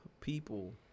people